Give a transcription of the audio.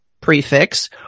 prefix